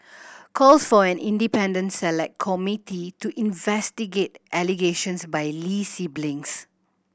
calls for an independent Select Committee to investigate allegations by Lee siblings